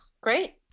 Great